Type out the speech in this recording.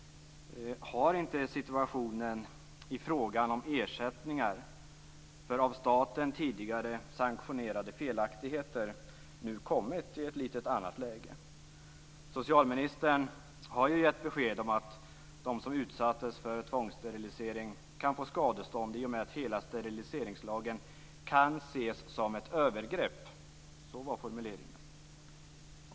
Har inte situationen i frågan om ersättningar för av staten tidigare sanktionerade felaktigheter nu kommit i ett litet annorlunda läge? Socialministern har ju gett besked om att de som utsattes för tvångssterilisering kan få skadestånd i och med att hela steriliseringslagen kan ses som ett övergrepp. Så löd formuleringen.